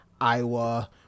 Iowa